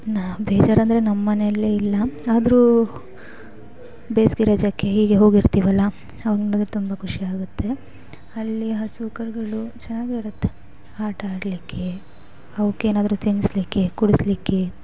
ನಾ ಬೇಜಾರಂದ್ರೆ ನಮ್ಮನೆಯಲ್ಲೆ ಇಲ್ಲ ಆದರೂ ಬೇಸಿಗೆ ರಜಕ್ಕೆ ಹೀಗೆ ಹೋಗಿರ್ತೀವಲ್ಲ ಆವಾಗ ನೋಡ್ದ್ರೆ ತುಂಬ ಖುಷಿ ಆಗುತ್ತೆ ಹಳ್ಳಿ ಹಸು ಕರುಗಳು ಚೆನ್ನಾಗಿರುತ್ತೆ ಆಟ ಆಡಲಿಕ್ಕೇ ಅವಕ್ಕೇನಾದ್ರು ತಿನ್ನಿಸ್ಲಿಕ್ಕೆ ಕುಡಿಸ್ಲಿಕ್ಕೆ